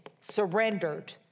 surrendered